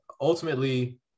ultimately